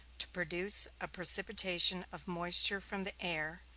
to produce a precipitation of moisture from the air,